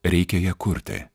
reikia ją kurti